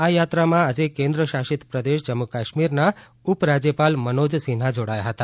આ યાત્રામાં આજે કેન્દ્રઆશાસિત પ્રદેશ જમ્મુન કાશ્મીકિશ્વારાજ્યપાલ મનોજ સિંહા જોડાયા હતા